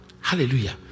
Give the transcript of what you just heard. Hallelujah